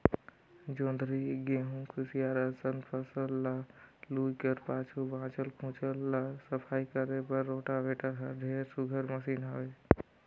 जोंधरी, गहूँ, कुसियार असन फसल ल लूए कर पाछू बाँचल खुचल ल सफई करे बर रोटावेटर हर ढेरे सुग्घर मसीन हवे